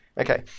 Okay